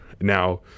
Now